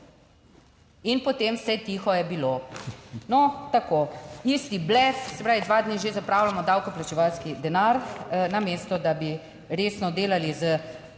In potem vse tiho je bilo. No, tako isti blef. Se pravi, dva dni že zapravljamo davkoplačevalski denar, namesto da bi resno delali s problemi,